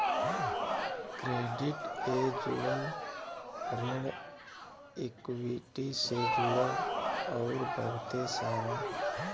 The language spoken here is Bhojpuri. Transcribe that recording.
क्रेडिट ए जुड़ल, ऋण इक्वीटी से जुड़ल अउर बहुते सारा